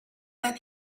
than